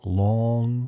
long